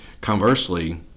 Conversely